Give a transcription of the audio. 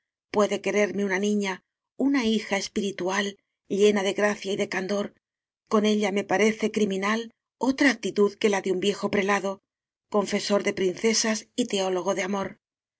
de quererme una niña una hija espiritual llena de gracia y de candor con ella me pa rece criminal otra actitud que la de un viejo prelado confesor de princesas y teólogo de amor